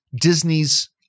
Disney's